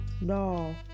No